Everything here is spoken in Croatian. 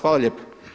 Hvala lijepo.